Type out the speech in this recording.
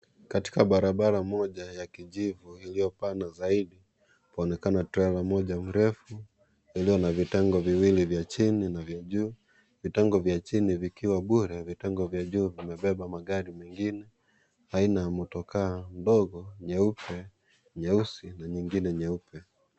Katika barabara moja ya kijivu ilyobana zaidi, kunaonekana trela moja mrefu iliyo na vitengo viwili vya chini na vya juu. Vitengo vya chini vikiwa bure na vitengo vya juu vimebeba magari mengine aina ya motokaa ndogo nyeupe, nyeusi na nyingine nyeupe.